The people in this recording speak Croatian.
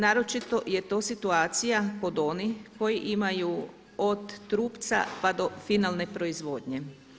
Naročito je to situacija kod onih koji imaju od trupca pa do finalne proizvodnje.